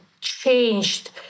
changed